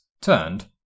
turned